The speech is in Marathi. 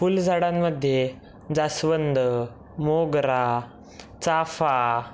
फुलझाडांमध्ये जास्वंद मोगरा चाफा